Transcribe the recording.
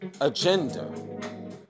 agenda